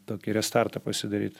tokį restartą pasidaryt